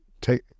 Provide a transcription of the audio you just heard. take